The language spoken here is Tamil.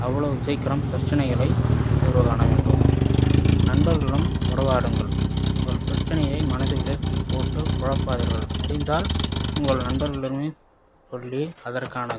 அவ்வளோ சீக்கிரம் பிரச்சிகளை தீர்வுகான வேண்டும் நண்பர்களுடன் உறவாடுங்கள் உங்கள் பிரச்சினையை மனதில் உள்ளே போட்டு குழப்பாதிர்கள் முடிந்தால் உங்கள் நண்பர்களிடமே சொல்லி அதற்கான